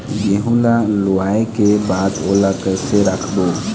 गेहूं ला लुवाऐ के बाद ओला कइसे राखबो?